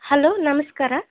hello ನಮಸ್ಕಾರ